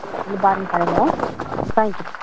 வந்து பாருங்கள் கடையில தேங்க் யூ